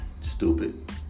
Stupid